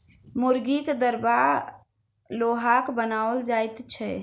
मुर्गीक दरबा लोहाक बनाओल जाइत छै